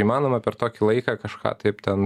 įmanoma per tokį laiką kažką taip ten